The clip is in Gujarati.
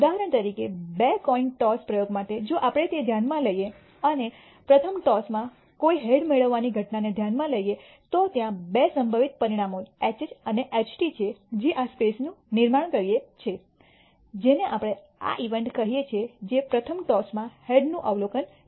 ઉદાહરણ તરીકે બે કોઈન ટોસ પ્રયોગ માટે જો આપણે તે ધ્યાનમાં લઈએ અને પ્રથમ ટોસમાં કોઈ હેડ મેળવવાની ઘટનાને ધ્યાનમાં લઈએ તો ત્યાં બે સંભવિત પરિણામો HH અને HT છે જે આ સ્પેસ નું નિર્માણ કરે છે જે જેને આપણે આ ઇવેન્ટને કહીએ છીએ જે પ્રથમ ટોસ માં હેડ નું અવલોકન છે